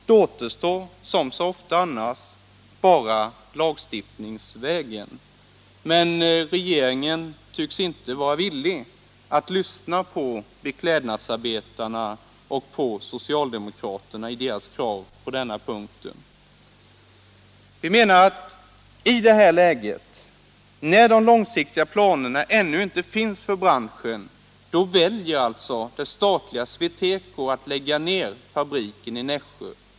Då återstår som så ofta annars bara lagstiftningsvägen. Men regeringen tycks inte vara villig att lyssna på beklädnadsarbetarnas och socialdemokraternas krav på denna punkt. I detta läge, när de långsiktiga planerna för branschen ännu inte finns, väljer det statliga SweTeco att lägga ned fabriken i Nässjö.